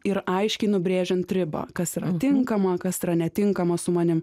ir aiškiai nubrėžiant ribą kas yra tinkama kas yra netinkama su manim